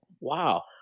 wow